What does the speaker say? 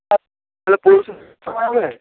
তা তাহলে পরশু দিন সময় হবে